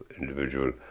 individual